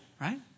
Right